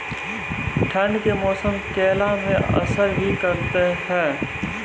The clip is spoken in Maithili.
ठंड के मौसम केला मैं असर भी करते हैं?